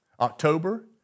October